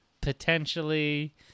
potentially